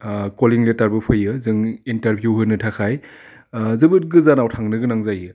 कलिं लेटारबो फैयो जों इन्टारभिउ होनो थाखाय जोबोद गोजानाव थांनो गोनां जायो